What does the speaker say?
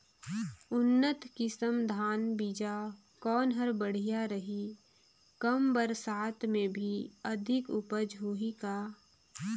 उन्नत किसम धान बीजा कौन हर बढ़िया रही? कम बरसात मे भी अधिक उपज होही का?